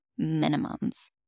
minimums